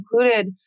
included